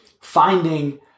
finding